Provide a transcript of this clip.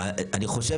אני חושב